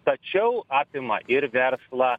tačiau apima ir verslą